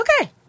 Okay